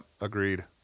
agreed